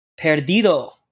Perdido